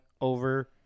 over